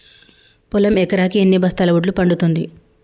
పొలం ఎకరాకి ఎన్ని బస్తాల వడ్లు పండుతుంది?